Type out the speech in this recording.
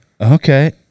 Okay